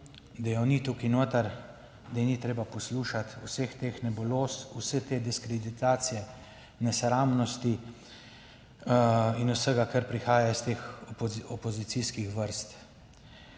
da je ni tukaj noter, da ji ni treba poslušati vseh teh nebuloz, vse te diskreditacije, nesramnosti in vsega, kar prihaja iz teh opozicijskih vrst.